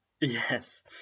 Yes